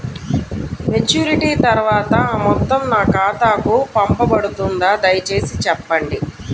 Maturity తర్వాత ఆ మొత్తం నా ఖాతాకు పంపబడుతుందా? దయచేసి చెప్పండి?